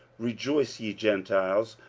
rejoice, ye gentiles,